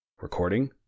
Recording